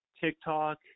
TikTok